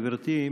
גברתי,